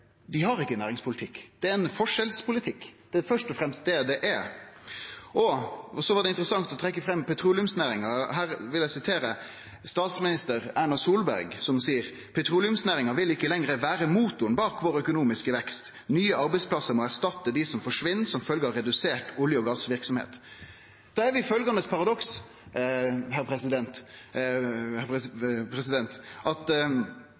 dei ikkje har ein næringspolitikk. Det er ein forskjellspolitikk – det er først og fremst det det er. Det er interessant å trekkje fram petroleumsnæringa. Her vil eg sitere statsminister Erna Solberg, som seier: «Petroleumsnæringen vil ikke lenger være motoren bak vår økonomiske vekst. Nye arbeidsplasser må erstatte de som forsvinner som følge av redusert olje- og gassaktivitet.» Da er vi ved følgjande paradoks, herr president – unnskyld, president – at